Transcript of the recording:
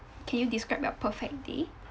can you describe your perfect day